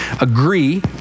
agree